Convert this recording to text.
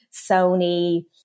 Sony